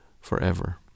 forever